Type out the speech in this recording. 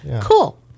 Cool